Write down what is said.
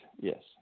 Yes